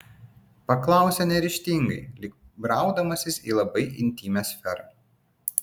paklausė neryžtingai lyg braudamasis į labai intymią sferą